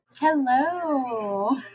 Hello